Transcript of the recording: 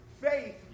faith